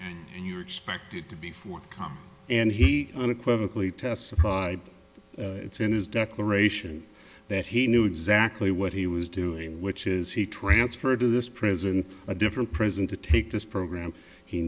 your expected to be forthcoming and he unequivocally testified it's in his declaration that he knew exactly what he was doing which is he transferred to this prison a different prison to take this program he